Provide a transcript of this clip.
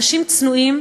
אנשים צנועים,